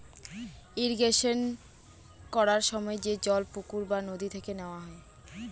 irrigation করার সময় যে জল পুকুর বা নদী থেকে নেওয়া হয়